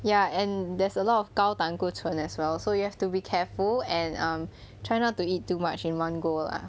ya and there's a lot of 高胆固醇 as well so you have to be careful and try not to eat too much in one go lah